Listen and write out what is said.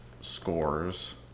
scores